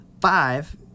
Five